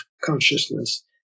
consciousness